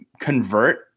convert